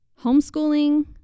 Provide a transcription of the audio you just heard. homeschooling